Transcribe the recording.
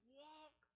walk